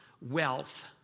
wealth